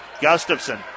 Gustafson